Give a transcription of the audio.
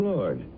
Lord